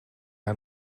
hij